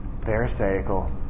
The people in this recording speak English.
pharisaical